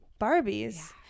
Barbies